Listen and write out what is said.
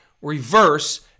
reverse